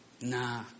Nah